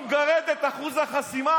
הוא מסכים לזה,